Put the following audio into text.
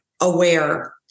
aware